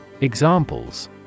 Examples